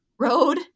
road